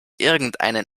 irgendeinen